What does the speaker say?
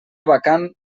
vacant